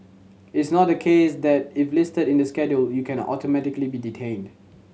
it's not the case that if listed in the schedule you can automatically be detained